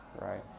Right